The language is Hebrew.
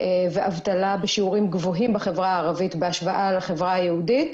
ואבטלה בשיעורים גבוהים בחברה הערבית בהשוואה לחברה היהודית.